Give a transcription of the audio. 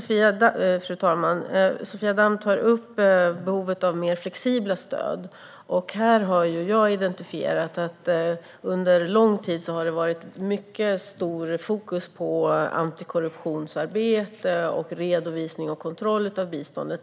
Fru talman! Sofia Damm tar upp behovet av mer flexibla stöd. Jag har noterat att det under lång tid har varit starkt fokus på antikorruptionsarbete och på redovisning och kontroll av biståndet.